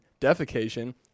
defecation